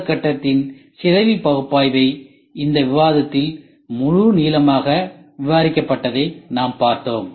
முதற்கட்டத்தில் சிதைவு பகுப்பாய்வை இந்த விவாதத்தில் முழு நீளமாக விவரிக்க பட்டதை நாம் பார்த்தோம்